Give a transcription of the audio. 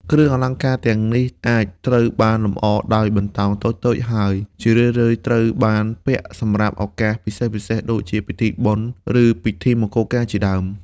គ្រឿងអលង្ការទាំងនេះអាចត្រូវបានលម្អដោយបន្តោងតូចៗ ហើយជារឿយៗត្រូវបានពាក់សម្រាប់ឱកាសពិសេសៗ ដូចជាពិធីបុណ្យ ឬពិធីមង្គលការជាដើម។